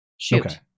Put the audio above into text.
Shoot